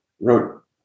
wrote